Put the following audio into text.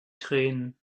tränen